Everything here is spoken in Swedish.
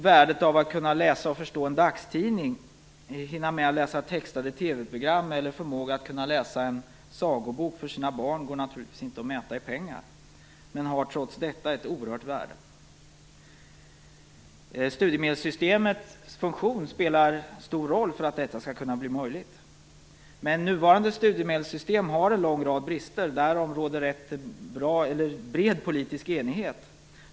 Värdet av att kunna läsa och förstå en dagstidning, hinna med att läsa textade TV-program eller förmåga att kunna läsa en sagobok för sina barn går naturligtvis inte att mäta i pengar, men har trots detta ett oerhört värde. Studiemedelssystemets funktion spelar stor roll för att detta skall kunna bli möjligt. Men nuvarande studiemedelssystem har en lång rad brister, därom råder bred politisk enighet.